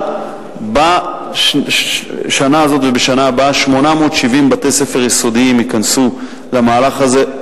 אבל בשנה הזאת ובשנה הבאה 870 בתי-ספר יסודיים ייכנסו למהלך הזה,